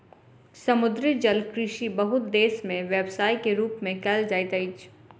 समुद्री जलकृषि बहुत देस में व्यवसाय के रूप में कयल जाइत अछि